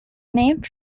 name